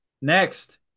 Next